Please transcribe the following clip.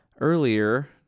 Earlier